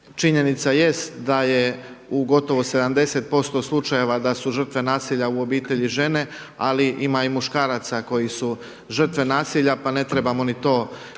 činjenica jest da je u gotovo 70% slučajeva da su žrtve nasilja u obitelji žene, ali ima i muškaraca koji su žrtve nasilja pa ne trebamo ni to smetnuti